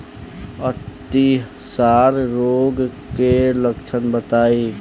अतिसार रोग के लक्षण बताई?